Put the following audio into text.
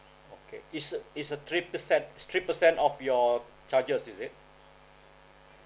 okay it's it's a three percent three percent of your charges is it